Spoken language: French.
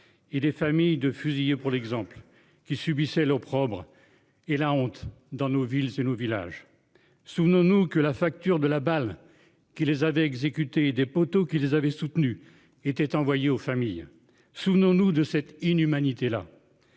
et des familles de fusillés pour l'exemple qu'subissait l'opprobre et la honte dans nos villes, c'est le village. Souvenons-nous que la facture de la balle qui les avait exécuté des poteaux qui les avaient soutenus étaient envoyés aux familles. Souvenons-nous de cette inhumanité là.